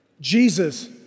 Jesus